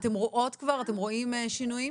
אתן רואות כבר, אתם רואים שינויים?